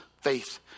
faith